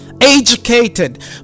educated